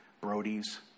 Brody's